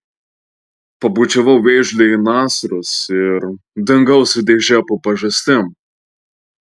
pabučiavau vėžliui į nasrus ir dingau su dėže po pažastim